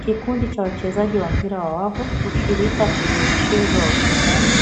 Kikundi cha wachezaji wa mpira wa wavu hushirika kwenye mchezo wa ushindani,